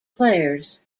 players